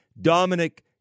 Dominic